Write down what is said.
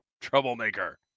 Troublemaker